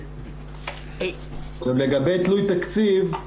לגבי תלוי תקציב,